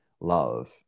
love